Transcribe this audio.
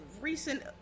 recent